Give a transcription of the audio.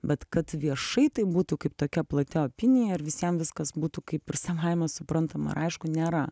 bet kad viešai tai būtų kaip tokia plati opinija ir visiem viskas būtų kaip ir savaime suprantama ir aišku nėra